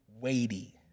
weighty